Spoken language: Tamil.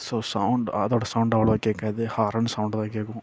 ஸோ சவுண்ட் அதோடய சவுண்ட் அவ்வளோ கேட்காது ஹாரன் சவுண்ட் தான் கேட்கும்